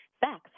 facts